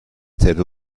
täte